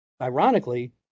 ironically